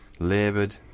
laboured